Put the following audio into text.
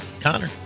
Connor